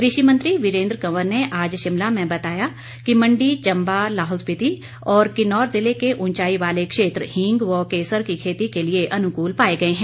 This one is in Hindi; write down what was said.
कृषि मंत्री वीरेंद्र कंवर ने आज शिमला में बताया कि मंडी चंबा लाहौल स्पीति और किन्नौर जिले के ऊंचाई वाले क्षेत्र हींग व केसर की खेती के लिए अनुकूल पाए गए है